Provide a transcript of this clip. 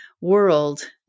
world